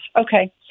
okay